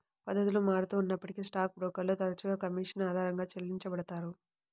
పద్ధతులు మారుతూ ఉన్నప్పటికీ స్టాక్ బ్రోకర్లు తరచుగా కమీషన్ ఆధారంగా చెల్లించబడతారు